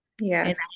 Yes